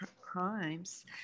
crimes